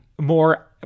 More